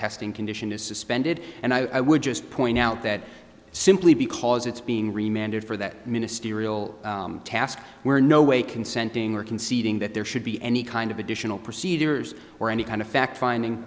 testing condition is suspended and i would just point out that simply because it's being remembered for that ministerial task we're no way consenting or conceding that there should be any kind of additional procedures or any kind of fact finding